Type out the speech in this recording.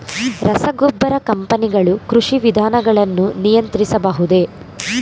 ರಸಗೊಬ್ಬರ ಕಂಪನಿಗಳು ಕೃಷಿ ವಿಧಾನಗಳನ್ನು ನಿಯಂತ್ರಿಸಬಹುದೇ?